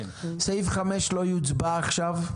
סעיף 5 לא יוצבע עכשיו.